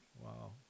Wow